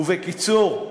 ובקיצור,